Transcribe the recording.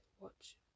watch